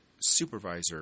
supervisor